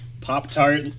Pop-Tart